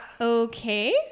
okay